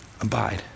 abide